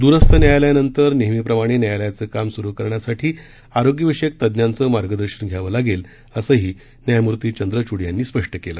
दूरस्थ न्यायालयांनंतर नेहमीप्रमाणे न्यायालयाचं काम सुरू करण्यासाठी आरोग्य विषयक तज्ञांचं मार्गदर्शन घ्यावं लागेल असंही न्यायमूर्ती चंद्रचुड यांनी स्पष्ट केलं